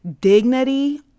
Dignity